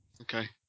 Okay